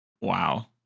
Wow